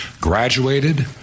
graduated